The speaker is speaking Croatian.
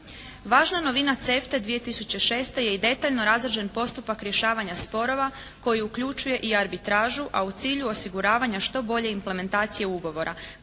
Važna novina CEFTA-e 2006. je i detaljno razrađen postupak rješavanja sporova koji uključuje i arbitražu, a u cilju osiguravanja što bolje implementacije ugovora